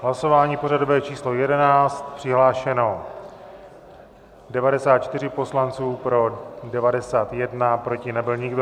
Hlasování pořadové číslo 11. Přihlášeno 94 poslanců, pro 91, proti nebyl nikdo.